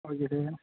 okay sir